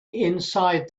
inside